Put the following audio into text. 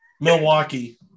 Milwaukee